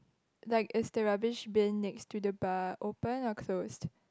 like is the rubbish bin next to the bar open or close